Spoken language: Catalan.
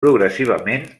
progressivament